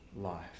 life